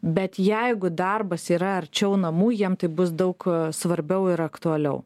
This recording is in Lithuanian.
bet jeigu darbas yra arčiau namų jiem tai bus daug svarbiau ir aktualiau